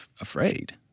afraid